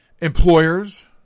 employers